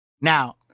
Now